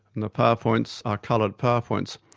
and the powerpoints are coloured powerpoints,